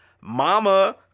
Mama